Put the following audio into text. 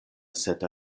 sed